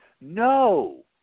No